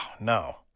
no